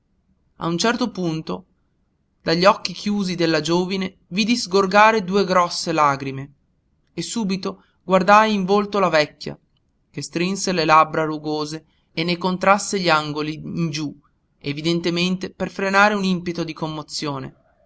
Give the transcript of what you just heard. a un certo punto dagli occhi chiusi della giovine vidi sgorgare due grosse lagrime e subito guardai in volto la vecchia che strinse le labbra rugose e ne contrasse gli angoli in giú evidentemente per frenare un impeto di commozione